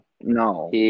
No